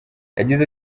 yagize